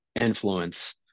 influence